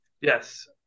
Yes